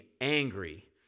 angry